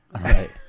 right